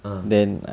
(uh huh)